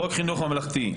חוק החינוך הממלכתי,